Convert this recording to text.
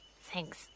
Thanks